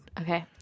Okay